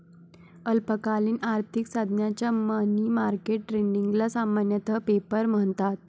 अल्पकालीन आर्थिक साधनांच्या मनी मार्केट ट्रेडिंगला सामान्यतः पेपर म्हणतात